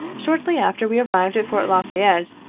shortly after we arrived at fort la fayette,